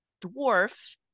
dwarf